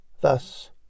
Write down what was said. Thus